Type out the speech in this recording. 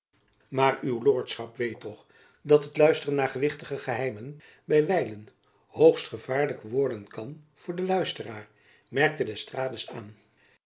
maar uw lordschap weet toch dat het luisteren naar gewichtige geheimen by wijlen hoogst gevaarlijk worden kan voor den luisteraar merkte d'estrades aan